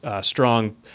strong